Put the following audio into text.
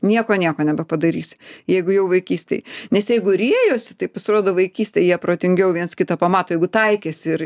nieko nieko nebepadarysi jeigu jau vaikystėj nes jeigu riejosi tai pasirodo vaikystėje jie protingiau viens kitą pamato jeigu taikėsi